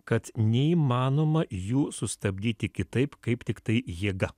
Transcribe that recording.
kad neįmanoma jų sustabdyti kitaip kaip tiktai jėga